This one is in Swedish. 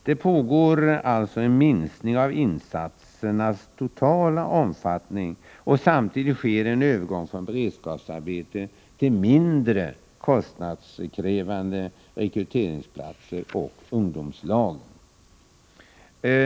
Det pågår alltså en minskning av insatsernas totala omfattning, och samtidigt sker en övergång från beredskapsarbeten till de mindre kostnadskrävande rekryteringsplatserna och ungdomslagen.